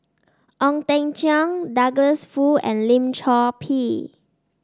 Ong Teng Cheong Douglas Foo and Lim Chor Pee